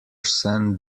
send